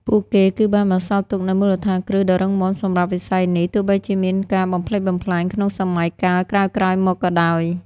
ពួកគឹបានបន្សល់ទុកនូវមូលដ្ឋានគ្រឹះដ៏រឹងមាំសម្រាប់វិស័យនេះ ទោះបីជាមានការបំផ្លិចបំផ្លាញក្នុងសម័យកាលក្រោយៗមកក៏ដោយ។